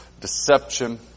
deception